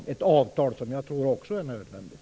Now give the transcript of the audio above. Det är ett avtal som jag tror är nödvändigt också.